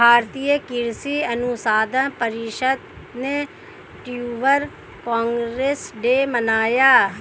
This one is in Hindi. भारतीय कृषि अनुसंधान परिषद ने ट्यूबर क्रॉप्स डे मनाया